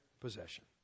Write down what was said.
possession